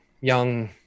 young